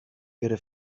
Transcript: ihre